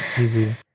easy